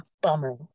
bummer